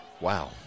Wow